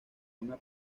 una